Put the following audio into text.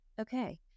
okay